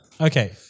Okay